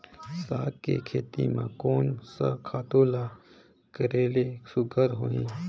साग के खेती म कोन स खातु ल करेले सुघ्घर होही?